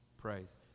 praise